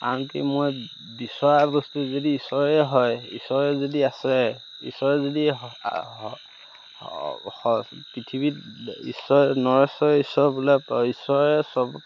আনকি মই বিচৰা বস্তু যদি ঈশ্বৰেই হয় ঈশ্বৰে যদি আছে ঈশ্বৰে যদি পৃথিৱীত ঈশ্বৰ নৰেশ্বৰেই ঈশ্বৰ বোলে ঈশ্বৰেই চব